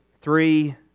three